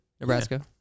Nebraska